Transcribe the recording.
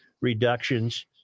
reductions